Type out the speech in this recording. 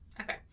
Okay